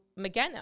McGenna